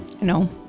No